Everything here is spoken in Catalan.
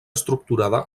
estructurada